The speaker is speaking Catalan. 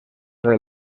del